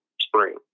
spring